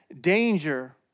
danger